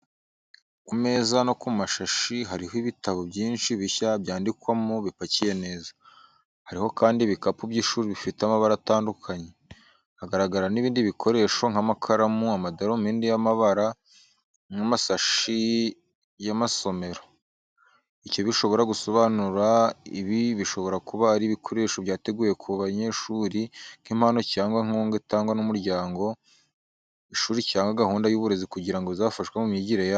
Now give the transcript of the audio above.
Ku meza no ku mashashi hariho ibitabo byinshi bishya byandikwamo bipakiye neza. Hariho kandi ibikapu by’ishuri bifite amabara atandukanye. Hagaragara n’ibindi bikoresho nk’amakaramu, amadarubindi y’amabara n’amasashi y’amasomero. Icyo bishobora gusobanura, ibi bishobora kuba ari ibikoresho byateguwe ku banyeshuri nk’impano cyangwa nk’inkunga itangwa n’umuryango, ishuri cyangwa gahunda y’uburezi, kugira ngo bafashwe mu myigire yabo.